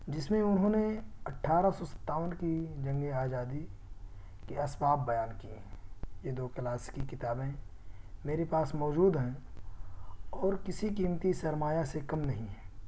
جس میں انہوں نے اٹھارہ سو ستاون کی جنگِ آزادی کے اسباب بیان کیے ہیں یہ دو کلاسکی کتابیں میرے پاس موجود ہیں اور کسی قیمیتی سرمایہ سے کم نہیں ہیں